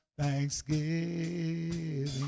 thanksgiving